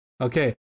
Okay